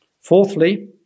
Fourthly